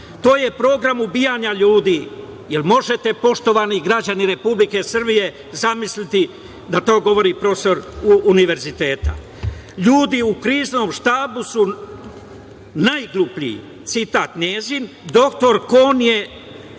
To je program ubijanja ljudi“. Možete li, poštovani građani Republike Srbije, zamisliti da to govori profesor univerziteta? „Ljudi u Kriznom štabu su najgluplji“, citat njen, „Doktor Kon je